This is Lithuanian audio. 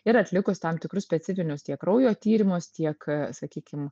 ir atlikus tam tikrus specifinius tiek kraujo tyrimus tiek sakykim